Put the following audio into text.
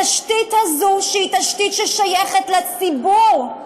התשתית הזאת, שהיא תשתית ששייכת לציבור,